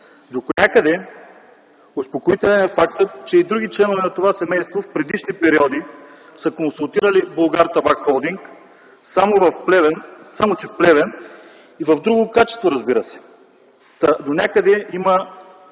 Донякъде успокоителен е фактът, че и други членове на това семейство в предишни периоди са консултирали „Булгартабак-холдинг”, само че в Плевен и в друго качество, разбира се. Донякъде това